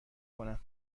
کنم